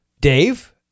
Dave